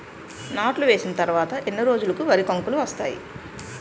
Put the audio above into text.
నాట్లు వేసిన తర్వాత ఎన్ని రోజులకు వరి కంకులు వస్తాయి?